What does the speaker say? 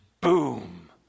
boom